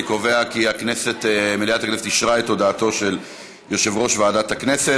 אני קובע כי מליאת הכנסת אישרה את הודעתו של יושב-ראש ועדת הכנסת.